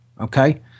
Okay